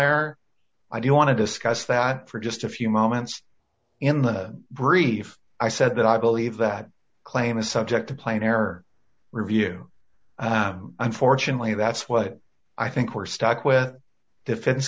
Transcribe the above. error i do want to discuss that for just a few moments in the brief i said that i believe that claim is subject to plain error review unfortunately that's what i think we're stuck with defense